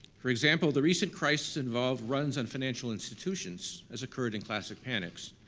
for example, the recent crisis involved runs on financial institutions, as occurred in classic panics.